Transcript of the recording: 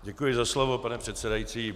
Děkuji za slovo, pane předsedající.